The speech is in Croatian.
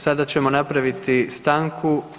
Sada ćemo napraviti stanku.